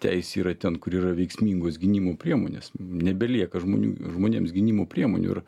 teisė yra ten kur yra veiksmingos gynimo priemonės nebelieka žmonių žmonėms gynimo priemonių ir